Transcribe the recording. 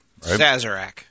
Sazerac